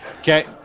okay